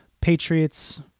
Patriots